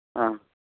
ᱦᱮᱸ